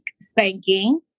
spanking